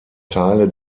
teile